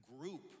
group